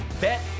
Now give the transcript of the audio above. bet